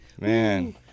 Man